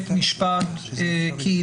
תהינו אם ניתן לדחוף את חברינו ברשות המבצעת בהקשר